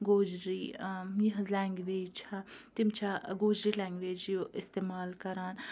گوجری یِہٕنٛز لینٛگویج چھےٚ تِم چھا گوجری لینٛگویج استعمال کَران